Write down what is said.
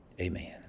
Amen